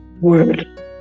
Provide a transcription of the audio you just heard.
word